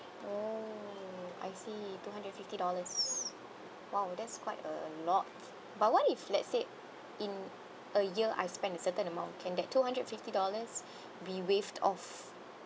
oh I see two hundred and fifty dollars !wow! that's quite a lot but what if let's say in a year I spend a certain amount can that two hundred fifty dollars be waived off